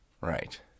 Right